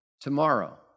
tomorrow